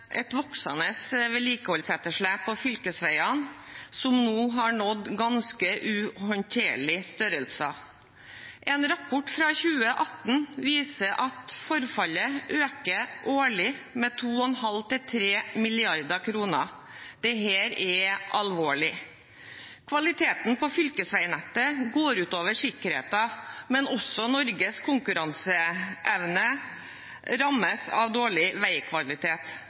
et voksende vedlikeholdsetterslep på fylkesveiene, som nå har nådd ganske uhåndterlige størrelser. En rapport fra 2018 viser at forfallet øker årlig med 2,5–3 mrd. kr. Dette er alvorlig. Kvaliteten på fylkesveinettet går ut over sikkerheten, men også Norges konkurranseevne rammes av dårlig veikvalitet.